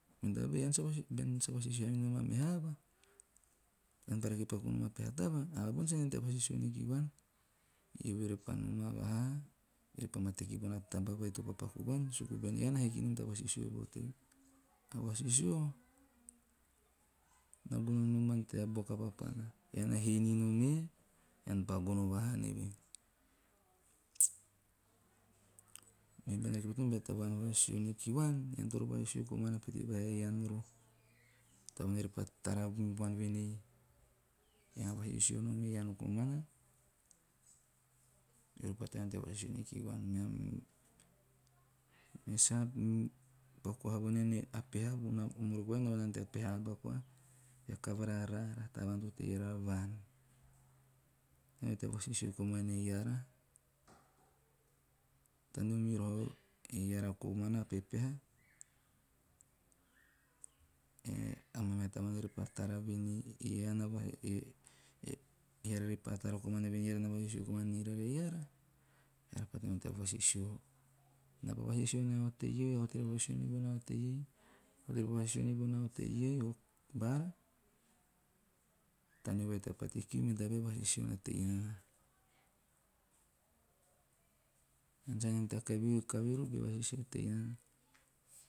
Mene tabal ean sa vasisio haa nom a meha aba ean pa rake paku nom a peha taba, a aba bona sa ante haana tea vasisio nikivuan, eove repa noma vaha repa ma teki bona taba vai topa vuan suku voen ean na hiki nom ta vasisio vo teve. Mea vasiso na gono noman tea buaku a papan. Ean na hee ninom e, ean pa gono vahaa nieve. me bean rake nom bea tavaan vasisio nikivuan, ean toro vasisio komana pete vaha ean, a tavaan repa tara vuan voenei ean na vasisio nom ean komana eori pa taneo tea vsisio niki vuan. Me me sa paku haa vonaen o moroko vai na nao vonana tea peha papana, tea kavara raara to tei rara vaan. Taneo tea vasisio komana e eara, taneo miroho eara komana pepehe amaa meha tavan repa tara voen ei e eara repa tara komana voen ri eara na vasisio komana nirara eara, eori pa taneo tea vasisino. Naa vasisio nia otei ei, a otei pa vasisio nibona otei ei, one pa vasisio nibona otei ei vaan, taneo vai tea pate kiu men tabae a vsisio na tei nana.